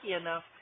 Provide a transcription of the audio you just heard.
enough